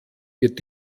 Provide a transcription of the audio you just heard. wird